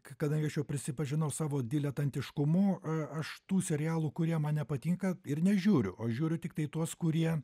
kadangi aš jau prisipažinau savo diletantiškumu aš tų serialų kurie man nepatinka ir nežiūriu o žiūriu tiktai tuos kurie